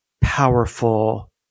powerful